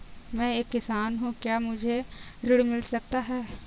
मैं एक किसान हूँ क्या मुझे ऋण मिल सकता है?